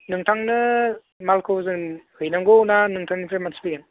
नोंथांनो मालखौ जों हैनांगौ ना नोंथांनिफ्राय मानसि फैगोन